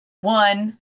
one